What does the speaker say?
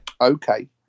Okay